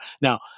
Now